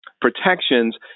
protections